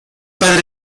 padre